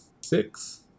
six